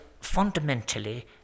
fundamentally